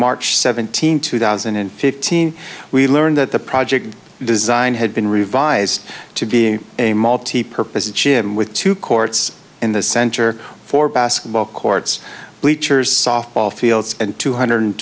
march seventeenth two thousand and fifteen we learned that the project design had been revised to be a multi purpose gym with two courts in the center for basketball courts bleachers softball fields and two hundred